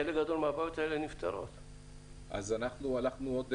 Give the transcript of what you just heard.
אנחנו כל הזמן רצינו שיהיו הרבה טסטים.